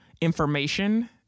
information